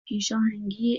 پیشاهنگی